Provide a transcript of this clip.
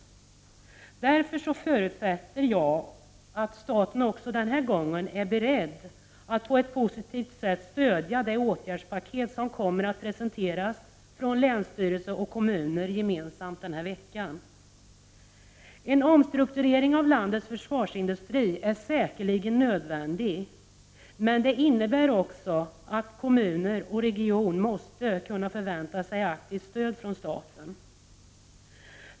Därför förutsätter jag att staten också denna gång är beredd att på ett positivt sätt stödja det åtgärdspaket som kommer att presenteras från länsstyrelse och kommuner gemensamt denna vecka. En omstrukturering av landets försvarsindustri är säkerligen nödvändig, men det innebär också att kommun och region måste kunna förvänta sig aktivt stöd från staten.